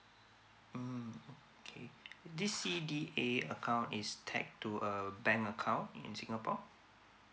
mm okay this C_D_A account is tagged to a bank account in singapore